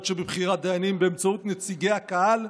שבבחירת דיינים באמצעות נציגי הקהל,